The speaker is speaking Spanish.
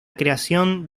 creación